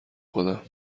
خودم